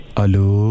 Hello